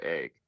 egg